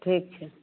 ठीक छै